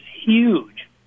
huge